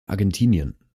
argentinien